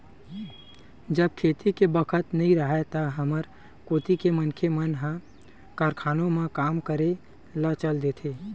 जब खेती के बखत नइ राहय त हमर कोती के मनखे मन ह कारखानों म काम करे ल चल देथे